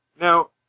Now